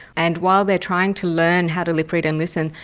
and while they're trying to learn how to lip read and listen,